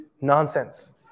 nonsense